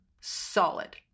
solid